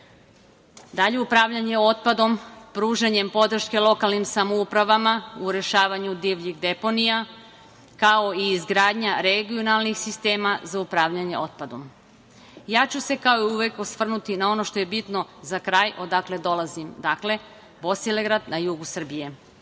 Dalje, upravljanje otpadom, pružanje podrške lokalnim samoupravama u rešavanju divljih deponija, kao i izgradnja regionalnih sistema za upravljanje otpadom. Ja ću se kao i uvek osvrnuti na ono što je bitno za kraj odakle dolazim, Bosilegrad na jugu Srbije.